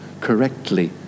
correctly